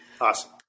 awesome